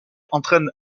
entraîne